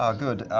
ah good,